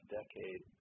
decade